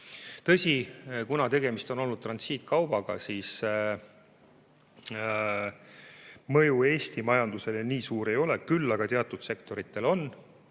Tõsi, kuna tegemist on olnud transiitkaubaga, siis mõju Eesti majandusele nii suur ei ole, küll aga teatud sektoritele